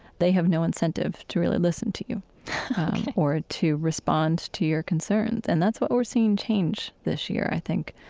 they have no incentive to really listen to you or to respond to your concerns. and that's why we're seeing change this year, i think.